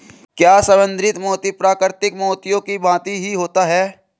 क्या संवर्धित मोती प्राकृतिक मोतियों की भांति ही होता है?